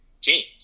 James